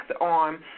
on